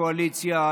קואליציה,